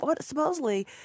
supposedly